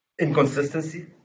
inconsistency